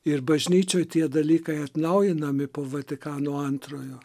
ir bažnyčioj tie dalykai atnaujinami po vatikano antrojo